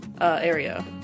area